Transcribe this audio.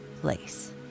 place